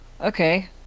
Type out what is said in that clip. Okay